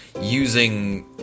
using